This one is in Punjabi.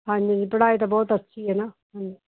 ਹਾਂਜੀ ਹਾਂਜੀ ਪੜ੍ਹਾਈ ਤਾਂ ਬਹੁਤ ਅੱਛੀ ਹੈ ਨਾ ਹਾਂਜੀ